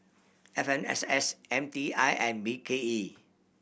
F M S S M T I and B K E